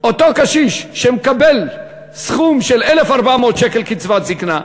אותו קשיש שמקבל 1,400 שקל קצבת זיקנה,